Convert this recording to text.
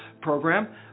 program